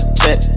check